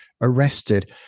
arrested